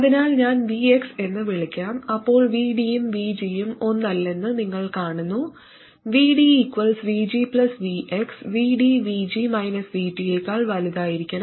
അതിനാൽ ഞാൻ Vx എന്ന് വിളിക്കാം അപ്പോൾ VD യും VG യും ഒന്നല്ലെന്ന് നിങ്ങൾ കാണുന്നു VD VG Vx VD VG VT യേക്കാൾ വലുതായിരിക്കണം